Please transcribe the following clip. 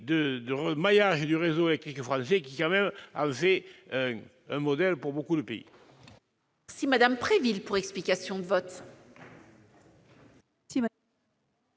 le maillage du réseau électrique français, qui constitue un modèle pour beaucoup de pays.